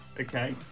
okay